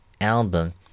album